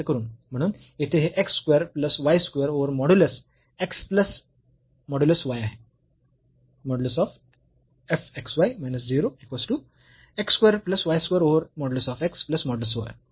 म्हणून येथे हे x square plus y square over modulus x plus modulus y आहे